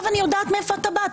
אני יודעת מאיפה אתה בא.